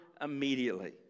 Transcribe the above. immediately